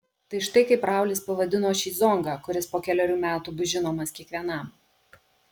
tai štai kaip raulis pavadino šį zongą kuris po kelerių metų bus žinomas kiekvienam